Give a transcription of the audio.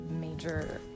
major